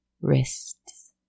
wrists